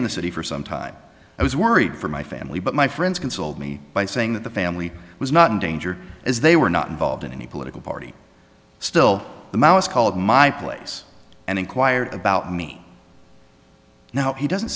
in the city for some time i was worried for my family but my friends consoled me by saying that the family was not in danger as they were not involved in any political party still the maoists called my place and inquired about me now he doesn't